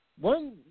One